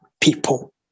people